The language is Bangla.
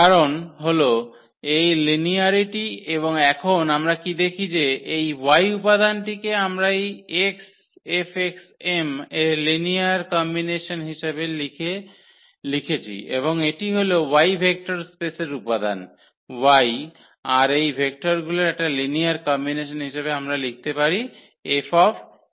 কারণ হল এই লিনিয়ারিটি এবং এখন আমরা কী দেখি যে এই y উপাদানটিকে আমরা এই x F x m এর লিনিয়ার কম্বিনেশনখিক হিসাবে লিখেছি এবং এটি হল y ভেক্টর স্পেসের উপাদান y আর এই ভেক্টরগুলির একটি লিনিয়ার কম্বিনেসন হিসাবে আমরা লিখতে পারি 𝐹x𝑖